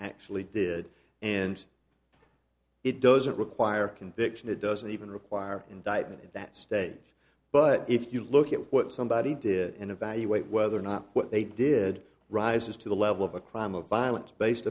actually did and it doesn't require conviction it doesn't even require indictment at that stage but if you look at what somebody did and evaluate whether or not what they did rises to the level of a crime of violence based